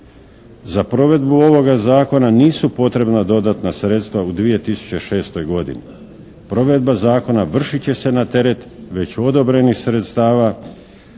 Za provedbu ovoga zakona nisu potrebna dodatna sredstva u 2006. godini. Provedba zakona vršit će se na teret već odabranih sredstava